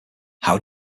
how